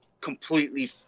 completely